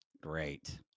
Great